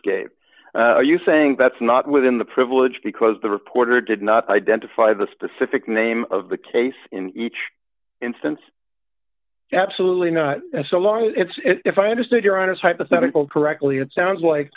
gave you saying that's not within the privilege because the reporter did not identify the specific name of the case in each instance absolutely not so long if i understood your honor's hypothetical correctly it sounds like